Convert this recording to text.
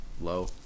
Low